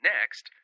Next